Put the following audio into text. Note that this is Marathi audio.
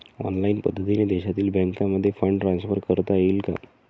ऑनलाईन पद्धतीने देशातील बँकांमध्ये फंड ट्रान्सफर करता येईल का?